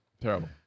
Terrible